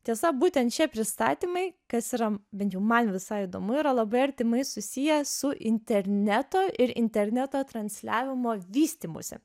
tiesa būtent šie pristatymai kas yra bent jau man visai įdomu yra labai artimai susiję su interneto ir interneto transliavimo vystymusi